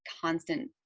constant